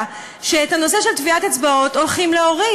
שאת הנושא של טביעת אצבעות הולכים להוריד.